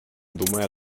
думая